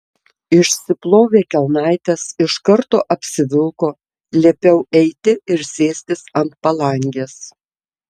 išsiplovė kelnaites iš karto apsivilko liepiau eiti ir sėstis ant palangės